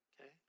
okay